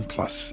Plus